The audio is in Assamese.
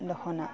দখনা